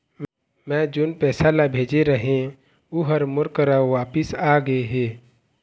मै जोन पैसा ला भेजे रहें, ऊ हर मोर करा वापिस आ गे हे